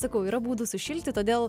sakau yra būdų sušilti todėl